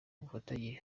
bufatanye